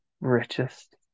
richest